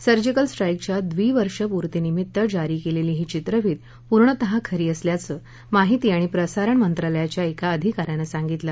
surgical स्ट्राईकच्या द्विवर्षपूर्तीनिमित्त जारी केलेली ही चित्रफीत पूर्णतः खरी असल्याचं माहिती आणि प्रसारण मंत्रालयाच्या एका अधिकाऱ्यानं सांगितलं